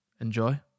enjoy